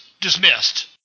dismissed